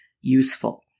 useful